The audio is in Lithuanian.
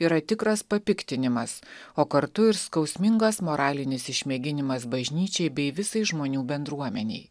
yra tikras papiktinimas o kartu ir skausmingas moralinis išmėginimas bažnyčiai bei visai žmonių bendruomenei